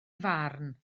farn